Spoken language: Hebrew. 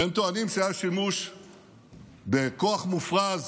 והם טוענים שהיה שימוש בכוח מופרז,